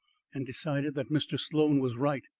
and decided that mr. sloan was right.